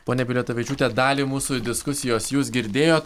ponia biliotavičiūte dalį mūsų diskusijos jūs girdėjot